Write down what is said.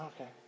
Okay